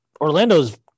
Orlando's